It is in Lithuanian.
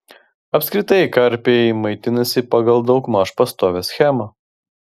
apskritai karpiai maitinasi pagal daugmaž pastovią schemą